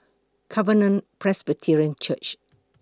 Covenant Presbyterian Church